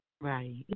Right